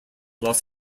los